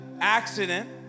accident